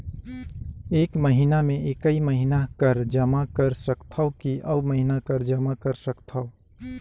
एक महीना मे एकई महीना कर जमा कर सकथव कि अउ महीना कर जमा कर सकथव?